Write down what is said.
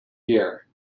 year